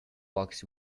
box